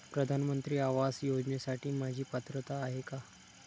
प्रधानमंत्री आवास योजनेसाठी माझी पात्रता आहे का?